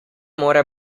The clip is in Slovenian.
mora